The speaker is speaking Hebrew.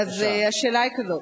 השאלה היא כזאת: